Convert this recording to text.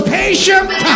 patient